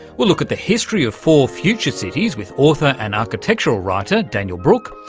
we'll look at the history of four future cities with author and architectural writer daniel brook,